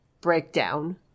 breakdown